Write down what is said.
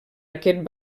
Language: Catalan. aquest